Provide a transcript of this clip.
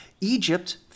Egypt